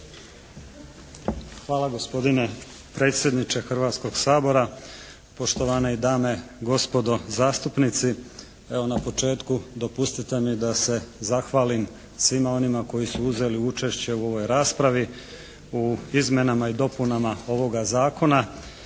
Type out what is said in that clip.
Hvala gospodine predsjedniče Hrvatskog sabora, poštovane dame i gospodo zastupnici evo na početku dopustite mi da se zahvalim svima onima koji su uzeli učešće u ovoj raspravi u izmjenama i dopunama ovoga zakona